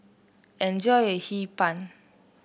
enjoy your Hee Pan